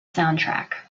soundtrack